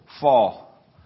fall